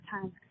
time